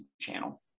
channel